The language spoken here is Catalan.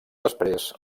després